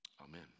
Amen